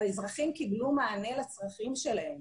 האזרחים קיבלו מענה לצרכים שלהם.